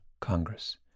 Congress